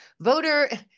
voter